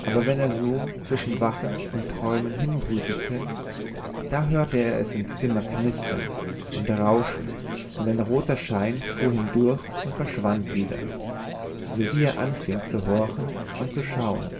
aber wenn er so zwischen wachen und träumen hinbrütete da hörte er es im zimmer knistern und rauschen und ein roter schein fuhr hindurch und verschwand wieder sowie er anfing zu horchen und zu schauen